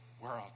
world